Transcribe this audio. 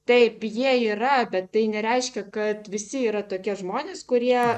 taip jie yra bet tai nereiškia kad visi yra tokie žmonės kurie